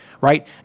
right